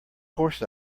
course